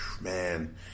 man